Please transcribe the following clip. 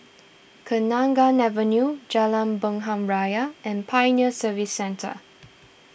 Kenanga Avenue Jalan Bunga Raya and Pioneer Service Centre